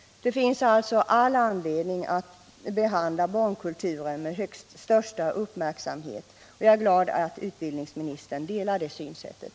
Det finns alltså all anledning att behandla barnkulturen med största uppmärksamhet, och jag är glad att utbildningsministern delar det synsättet.